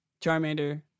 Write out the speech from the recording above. Charmander